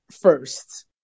first